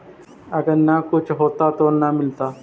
अगर न कुछ होता तो न मिलता?